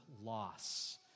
loss